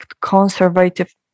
conservative